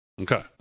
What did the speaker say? Okay